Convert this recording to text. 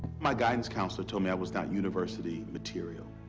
my guidance counselor told me i was not university material.